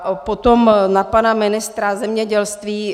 A potom na pana ministra zemědělství.